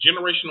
generational